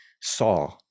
saw